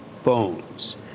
phones